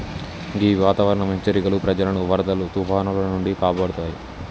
గీ వాతావరనం హెచ్చరికలు ప్రజలను వరదలు తుఫానాల నుండి కాపాడుతాయి